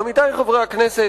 עמיתי חברי הכנסת,